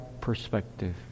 perspective